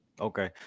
Okay